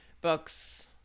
books